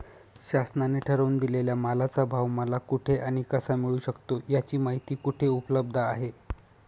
शासनाने ठरवून दिलेल्या मालाचा भाव मला कुठे आणि कसा मिळू शकतो? याची माहिती कुठे उपलब्ध आहे?